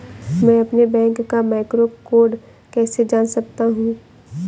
मैं अपने बैंक का मैक्रो कोड कैसे जान सकता हूँ?